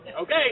okay